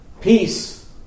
peace